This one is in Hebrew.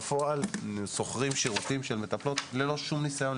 בפועל שוכרים שירותים של מטפלות ללא שום ניסיון,